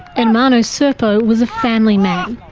and ermanno serpo was a family man.